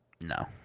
No